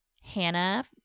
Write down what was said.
Hannah